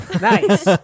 nice